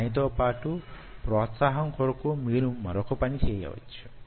దానితో పాటు ప్రోత్సాహం కొరకు మీరు మరొక పని చేయవచ్చు